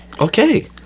Okay